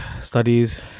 studies